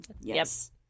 Yes